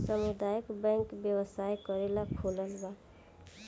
सामुदायक बैंक व्यवसाय करेला खोलाल बा